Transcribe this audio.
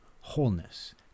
wholeness